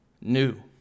new